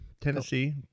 Tennessee